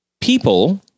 people